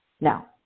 Now